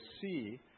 see